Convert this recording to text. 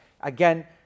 Again